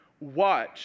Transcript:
watch